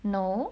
know